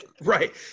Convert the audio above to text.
Right